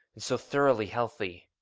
and so thoroughly healthy!